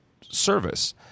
service